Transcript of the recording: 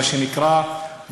מה שנקרא.